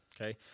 Okay